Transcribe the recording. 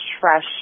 fresh